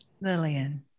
Lillian